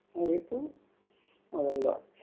a little or a lot.